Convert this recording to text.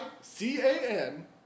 c-a-n